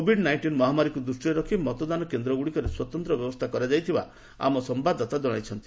Covid nineteen ମହାମାରୀକୁ ଦୃଷ୍ଟିରେ ରଖି ମତଦାନ କେନ୍ଦ୍ର ଗୁଡ଼ିକରେ ସ୍ୱତନ୍ତ୍ର ବ୍ୟବସ୍ଥା କରାଯାଇଥିବା ଆମ ସମ୍ଭାଦଦାତା ଜଣାଇଛନ୍ତି